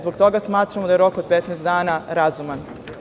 Zbog toga smatramo da je rok od 15 dana razuman.